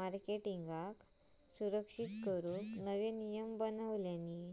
मार्केटींगका सुरक्षित करूक नवे नियम बनवल्यानी